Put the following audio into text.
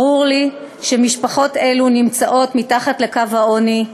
ברור לי שמשפחות אלו נמצאות מתחת לקו העוני,